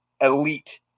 elite